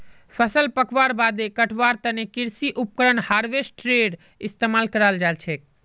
फसल पकवार बादे कटवार तने कृषि उपकरण हार्वेस्टरेर इस्तेमाल कराल जाछेक